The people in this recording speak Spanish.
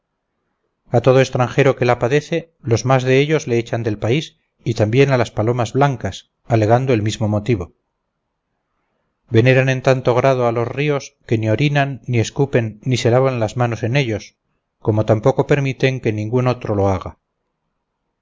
a todo extranjero que la padece los más de ellos le echan del país y también a las palomas blancas alegando el mismo motivo veneran en tanto grado a los ríos que ni orinan ni escupen ni se lavan las manos en ellos como tampoco permiten que ningún otro lo haga